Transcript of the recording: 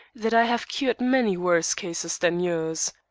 that i have cured many worse cases than yours.